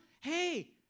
Hey